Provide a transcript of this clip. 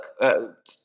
look